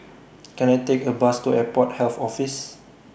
Can I Take A Bus to Airport Health Office